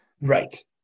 Right